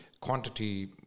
quantity